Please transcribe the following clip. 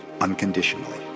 unconditionally